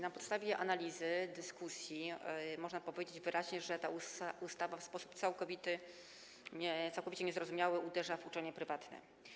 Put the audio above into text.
Na podstawie analizy dyskusji można powiedzieć wyraźnie, że ta ustawa w sposób całkowicie niezrozumiały uderza w uczelnie prywatne.